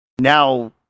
Now